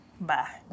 Bye